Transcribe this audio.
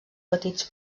petits